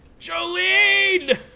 Jolene